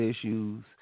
issues